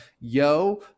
yo